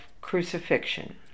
crucifixion